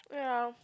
ya